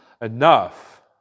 enough